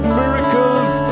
miracles